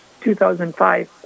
2005